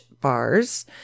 bars